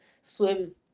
swim